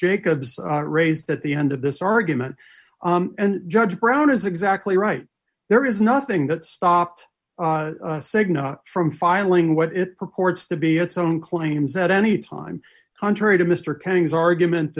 jacobs raised at the end of this argument and judge brown is exactly right there is nothing that stopped a signal from filing what it purports to be its own claims at any time contrary to mr cummings argument